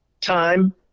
Time